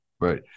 Right